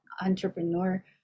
entrepreneur